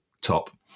top